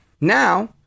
Now